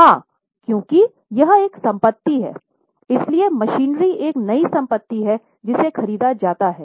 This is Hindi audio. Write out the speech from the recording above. हाँ क्योंकि यह एक संपत्ति है इसलिए मशीनरी एक नई संपत्ति है जिसे ख़रीदा जाता है